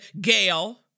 Gail